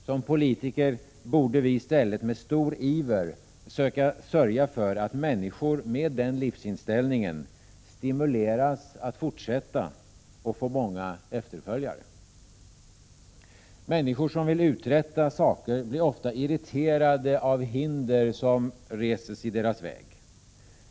Som politiker borde vi i stället med stor iver söka sörja för att människor med den livsinställningen stimuleras att fortsätta och få många efterföljare. Människor som vill uträtta saker blir ofta irriterade av hinder som reses i deras väg.